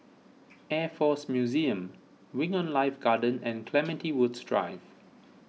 Air force Museum Wing on Life Garden and Clementi Woods Drive